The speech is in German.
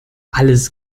alles